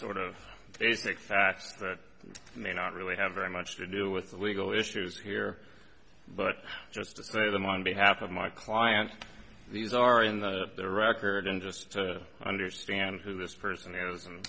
sort of basic facts that may not really have very much to do with the legal issues here but just to say them on behalf of my client these are in the record and just to understand who this person is and